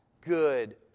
good